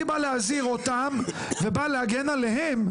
אני בא להזהיר אותם ובא להגן עליהם,